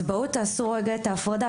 בואו תעשו את ההפרדה,